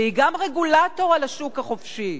והיא גם רגולטור על השוק החופשי.